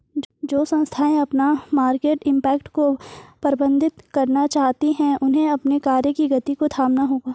जो संस्थाएं अपना मार्केट इम्पैक्ट को प्रबंधित करना चाहती हैं उन्हें अपने कार्य की गति को थामना होगा